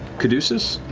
caduceus.